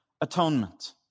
atonement